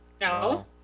No